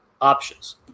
options